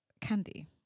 Candy